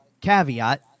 caveat